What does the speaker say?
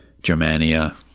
Germania